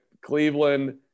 Cleveland